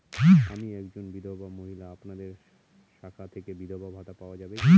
আমি একজন বিধবা মহিলা আপনাদের শাখা থেকে বিধবা ভাতা পাওয়া যায় কি?